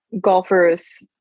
golfers